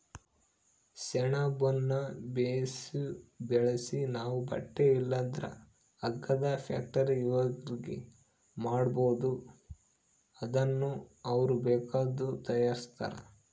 ಸೆಣಬುನ್ನ ಬೇಸು ಬೆಳ್ಸಿ ನಾವು ಬಟ್ಟೆ ಇಲ್ಲಂದ್ರ ಹಗ್ಗದ ಫ್ಯಾಕ್ಟರಿಯೋರ್ಗೆ ಮಾರ್ಬೋದು ಅದುನ್ನ ಅವ್ರು ಬೇಕಾದ್ದು ತಯಾರಿಸ್ತಾರ